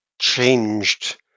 changed